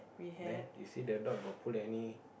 then you see the dog got put any